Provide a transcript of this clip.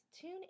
Tune